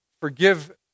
forgive